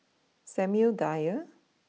Samuel Dyer